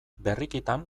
berrikitan